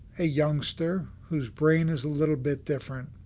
a youngster whose brain is a little bit different,